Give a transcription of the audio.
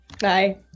Bye